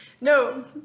No